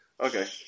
Okay